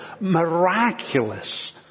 miraculous